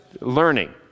learning